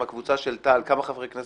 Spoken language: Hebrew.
הקבוצה של תע"ל בכמה חברי כנסת מדובר?